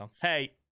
Hey